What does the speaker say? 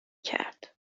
کرد